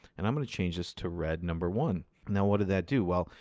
and i'm going to change this to red number one. now, what did that do? well,